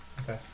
Okay